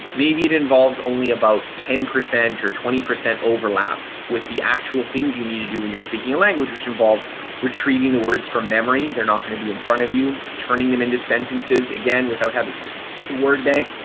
maybe it involves only about ten percent or twenty percent overlap with the actual things you need to do when you're speaking a language, which involve retrieving the words from memory. they're not going to be in front of you. turning them into sentences again without having the word bank,